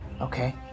Okay